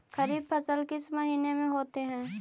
खरिफ फसल किस महीने में होते हैं?